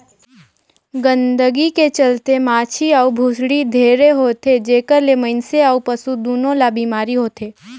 गंदगी के चलते माछी अउ भुसड़ी ढेरे होथे, जेखर ले मइनसे अउ पसु दूनों ल बेमारी होथे